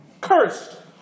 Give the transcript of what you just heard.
Cursed